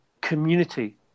community